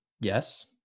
Yes